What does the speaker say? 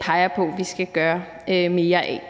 peger på vi skal gøre mere af.